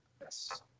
Yes